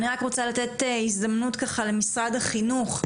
אני רק רוצה לתת הזדמנות למשרד החינוך.